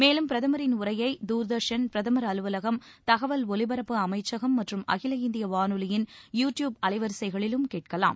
மேலும் பிரதமரின் உரையை தூர்தர்ஷன் பிரதமர் அலுவலகம் தகவல் ஒலிபரப்பு அமைச்சகம் மற்றும் அகில இந்திய வானொலியின் யூ ட்யூப் அலைவரிசைகளிலும் கேட்கலாம்